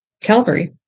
Calvary